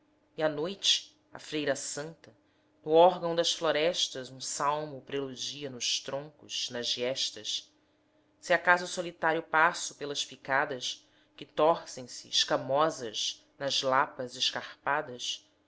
e a noite a freira santa no órgão das florestas um salmo preludia nos troncos nas giestas se acaso solitário passo pelas picadas que torcem se escamosas nas lapas escarpadas